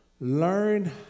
Learn